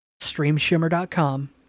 Streamshimmer.com